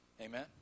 Amen